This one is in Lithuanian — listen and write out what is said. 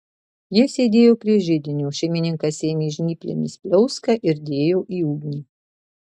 jie sėdėjo prie židinio šeimininkas ėmė žnyplėmis pliauską ir dėjo į ugnį